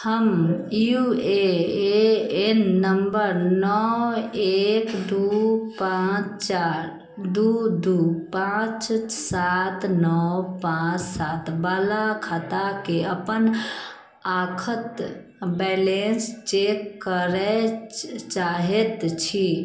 हम U A A N number नओ एक दू पाँच चार दू दू पाँच सात नओ पाँच सात बाला खाताके अपन आखत बैलेंस चेक करै चाहैत छी